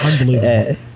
Unbelievable